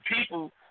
people